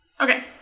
Okay